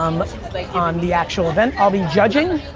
um like on the actual event, i'll be judging.